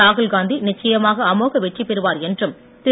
ராகுல் காந்தி நிச்சயமாக அமோக வெற்றி பெறுவார் என்றும் திரு